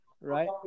right